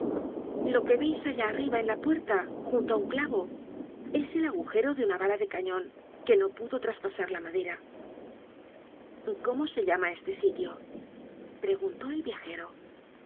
lo que veis allá arriba en la puerta junto á un clavo es el agujero de una bala de cañon que no pudo traspasar la madera cómo se llama este sitio preguntó el viajero